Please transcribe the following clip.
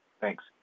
Thanks